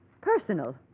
Personal